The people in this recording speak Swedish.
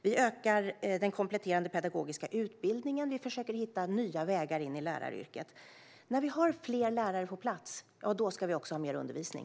Vi ökar den kompletterande pedagogiska utbildningen, och vi försöker att hitta nya vägar in i läraryrket. När vi har fler lärare på plats ska vi också ha mer undervisning.